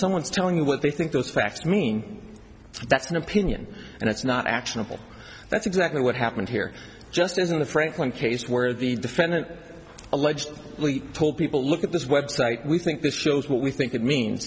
someone's telling you what they think those facts mean that's an opinion and it's not actionable that's exactly what happened here just as in the franklin case where the defendant alleged told people look at this website we think this shows what we think it means